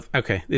okay